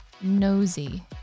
nosy